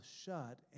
shut